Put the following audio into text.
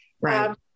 Right